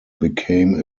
became